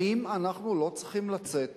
האם אנחנו לא צריכים לצאת